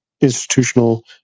institutional